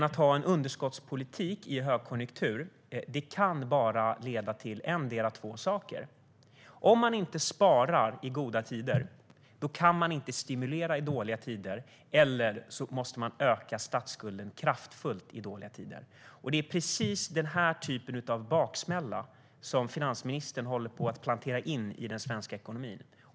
Att ha en underskottspolitik i en högkonjunktur kan bara leda till endera av två saker. Om man inte sparar i goda tider kan man inte stimulera i dåliga tider. Då måste man öka statsskulden kraftfullt i dåliga tider. Det är precis denna typ av baksmälla som finansministern håller på att plantera in i den svenska ekonomin.